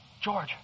George